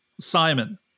Simon